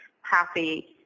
happy